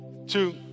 Two